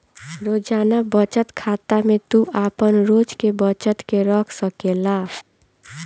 रोजाना बचत खाता में तू आपन रोज के बचत के रख सकेला